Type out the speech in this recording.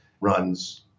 runs